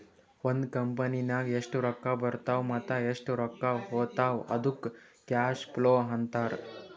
ಒಂದ್ ಕಂಪನಿನಾಗ್ ಎಷ್ಟ್ ರೊಕ್ಕಾ ಬರ್ತಾವ್ ಮತ್ತ ಎಷ್ಟ್ ರೊಕ್ಕಾ ಹೊತ್ತಾವ್ ಅದ್ದುಕ್ ಕ್ಯಾಶ್ ಫ್ಲೋ ಅಂತಾರ್